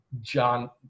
john